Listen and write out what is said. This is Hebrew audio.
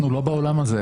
אנחנו לא בעולם הזה.